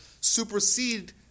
supersede